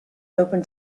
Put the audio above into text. open